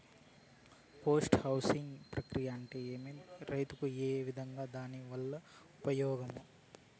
Post harvesting ప్రక్రియ అంటే ఏమి? రైతుకు ఏ విధంగా దాని వల్ల ఉపయోగం?